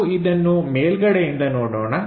ನಾವು ಇದನ್ನು ಮೇಲ್ಗಡೆಯಿಂದ ನೋಡೋಣ